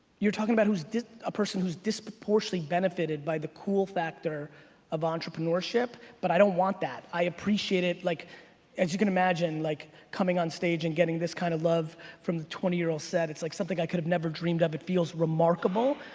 you're talking about a ah person who's disproportionately benefited by the cool factor of entrepreneurship but i don't want that. i appreciate it, like as you can imagine, like coming on stage and getting this kind of love from the twenty year old said, it's like something i could've never dreamed of, it feels remarkable.